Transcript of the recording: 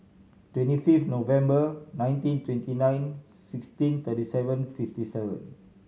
twenty fifth November nineteen twenty nine sixteen thirty seven fifty seven